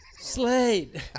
Slade